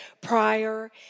prior